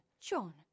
John